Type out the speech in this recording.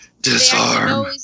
Disarm